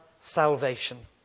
salvation